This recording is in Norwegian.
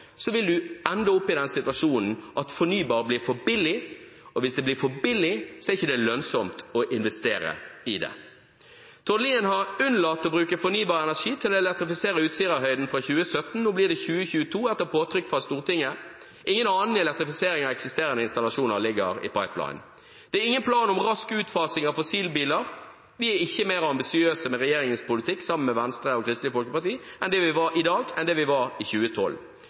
Så lenge man ikke har en plan om å sørge for å erstatte det fossile med fornybart, vil man ende opp i den situasjonen at fornybart blir for billig, og hvis det blir for billig, er det ikke lønnsomt å investere i det. Tord Lien har unnlatt å bruke fornybar energi til å elektrifisere Utsirahøyden fra 2017. Nå blir det 2022, etter påtrykk fra Stortinget. Ingen annen elektrifisering av eksisterende installasjoner ligger i pipelinen. Det er ingen plan om rask utfasing av fossilbiler. Vi er ikke mer ambisiøse med regjeringens politikk, sammen med Venstre og Kristelig Folkeparti, i dag enn det vi var